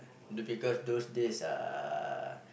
look because those days uh